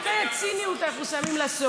מתי הציניות, אנחנו שמים לה סוף?